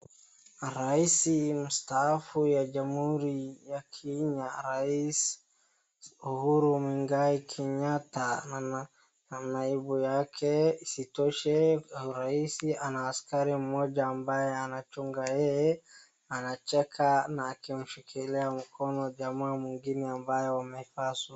Raisi mstaafu a jamuhuri ya Kenya raisi Uhuru Muigai Kenyatta na naibu wake isitoshe ,raisi ana askari mmoja ambaye anachunga yeye, anacheka na akimshikilia mkono jamaa mwingine ambaye wamevaa suti.